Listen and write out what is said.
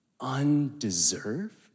undeserved